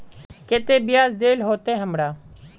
केते बियाज देल होते हमरा?